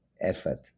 effort